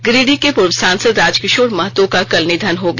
गिरिडीह के पूर्व सांसद राजकिशोर महतो का कल निधन हो गया